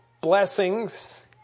blessings